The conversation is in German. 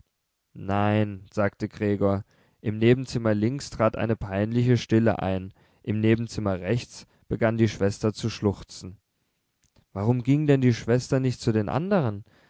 nein sagte gregor im nebenzimmer links trat eine peinliche stille ein im nebenzimmer rechts begann die schwester zu schluchzen warum ging denn die schwester nicht zu den anderen